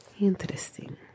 Interesting